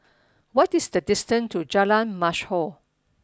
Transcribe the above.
what is the distant to Jalan Mashhor